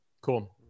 Cool